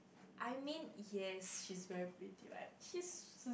I mean yes she's very pretty but she's